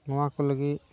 ᱱᱚᱣᱟ ᱠᱚ ᱞᱟᱹᱜᱤᱫ